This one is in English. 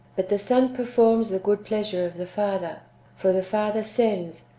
but the son performs the good pleasure of the father for the father sends,